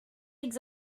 eggs